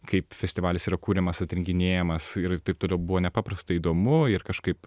kaip festivalis yra kuriamas atrinkinėjamas ir taip toliau buvo nepaprastai įdomu ir kažkaip